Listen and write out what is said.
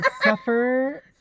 suffer